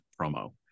promo